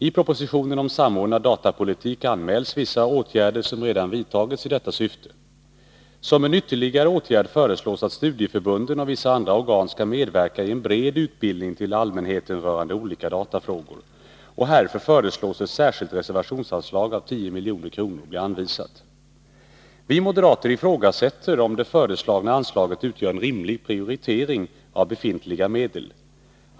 I propositionen om samordnad datapolitik anmäls vissa åtgärder, som redan vidtagits i detta syfte. Som en ytterligare åtgärd föreslås att studieförbunden och vissa andra organ skall medverka en bred utbildning till allmänheten rörande olika datafrågor. Och härför föreslås ett särskilt reservationsanslag om 10 milj.kr. Vi moderater ifrågasätter om det föreslagna anslaget utgör en rimlig prioritering av befintliga medel.